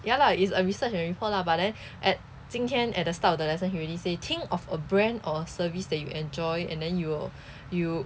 ya lah it's a research and report lah but then at 今天 at the start of the lesson he already say think of a brand or service that you enjoy and then you will you